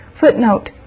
Footnote